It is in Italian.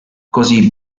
così